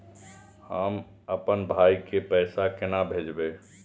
हम आपन भाई के पैसा केना भेजबे?